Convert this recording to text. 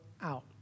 out